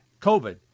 COVID